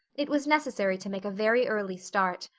it was necessary to make a very early start.